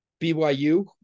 BYU